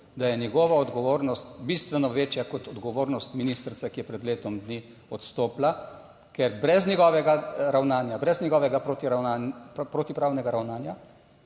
da je njegova odgovornost bistveno večja kot odgovornost ministrice, ki je pred letom dni odstopila, ker brez njegovega ravnanja, brez njegovega protipravnega ravnanja,